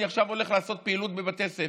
אני עכשיו הולך לעשות פעילות בבתי ספר,